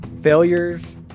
Failures